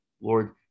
Lord